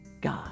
God